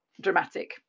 dramatic